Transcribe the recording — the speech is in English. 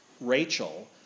Rachel